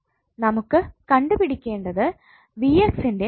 നമുക്ക് കണ്ടുപിടിക്കേണ്ടത് ൻറെ മൂല്യം